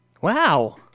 Wow